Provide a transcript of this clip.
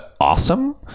awesome